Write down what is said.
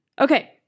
Okay